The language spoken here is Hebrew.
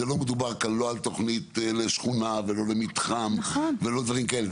לא מדובר כאן לא על תוכנית לשכונה ולא למתחם ולא דברים כאלה.